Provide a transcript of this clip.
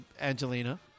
Angelina